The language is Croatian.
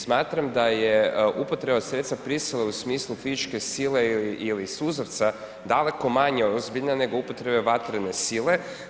Smatram da je upotreba sredstva prisile u smislu fizičke sile ili suzavca daleko manje ozbiljna nego upotreba vatrene sile.